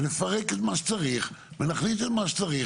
נפרק את מה שצריך ונחליט על מה שצריך